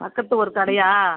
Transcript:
பக்கத்து ஒரு கடையா